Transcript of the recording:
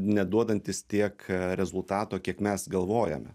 neduodantis tiek rezultato kiek mes galvojame